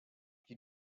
you